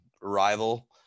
rival